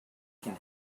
can